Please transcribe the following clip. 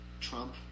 Trump